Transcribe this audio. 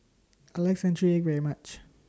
I like Century Egg very much